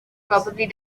probably